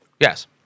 Yes